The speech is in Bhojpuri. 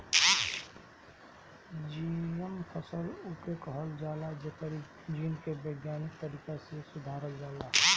जी.एम फसल उके कहल जाला जेकरी जीन के वैज्ञानिक तरीका से सुधारल जाला